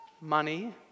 money